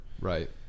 Right